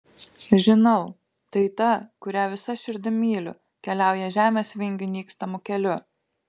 žinau tai ta kurią visa širdim myliu keliauja žemės vingių nykstamu keliu